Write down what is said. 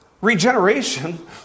regeneration